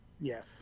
Yes